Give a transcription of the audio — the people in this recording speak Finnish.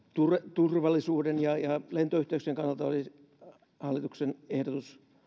turvallisuuden ja ja lentoyhteyksien kannalta oli hallituksen ehdotus